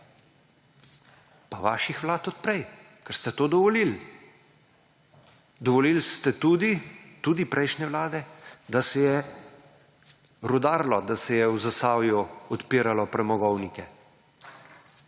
In vaših vlad od prej, ker ste do dovolili. Dovolili ste tudi, tudi prejšnje vlade, da se je rudarilo, da se je v Zasavju odpiralo premogovnike.